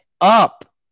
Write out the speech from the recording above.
up